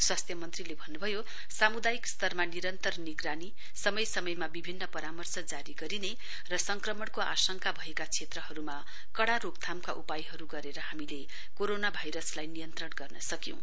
स्वास्थ्य मन्त्रीले भन्नुभयो सामुदायिक स्तरमा निरन्तर निगरानी समय समयमा विभिन्न परामर्श जारी गर्ने र संक्रमणको आंशका भएका क्षेत्रहरूमा कड़ा रोकथामका उपायहरू गरेर हामीले कोरोना भाइरसलाई नियन्त्रण गर्न सक्यौं